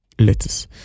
lettuce